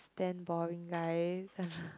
stand boring guy